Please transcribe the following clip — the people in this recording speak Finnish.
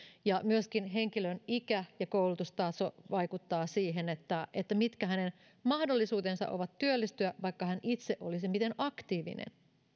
ja myöskin henkilön ikä ja koulutustaso vaikuttavat siihen mitkä hänen mahdollisuutensa ovat työllistyä vaikka hän itse olisi miten aktiivinen